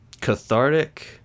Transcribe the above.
cathartic